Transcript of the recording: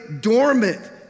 dormant